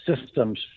systems